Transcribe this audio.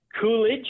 Coolidge